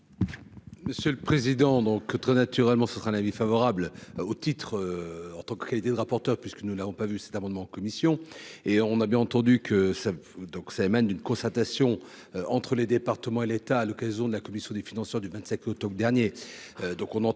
Monsieur le président, donc, très naturellement, ce sera l'avis favorable au titre en tant que qualité de rapporteur puisque nous n'avons pas vu cet amendement en commission et on a bien entendu que ça donc ça émane d'une concertation entre les départements et l'État, à l'occasion de la commission des financeurs du 27 octobre dernier